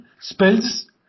spells